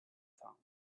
sound